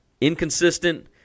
inconsistent